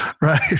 Right